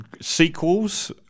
sequels